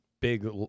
big